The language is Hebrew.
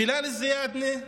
בילאל זיאדנה,